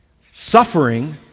Suffering